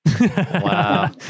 Wow